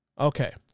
Okay